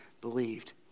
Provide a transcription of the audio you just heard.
believed